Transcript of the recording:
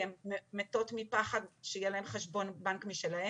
כי הן מתות מפחד שיהיה להן חשבון בנק משלהן.